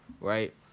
Right